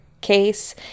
Case